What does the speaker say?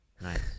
Nice